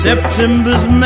September's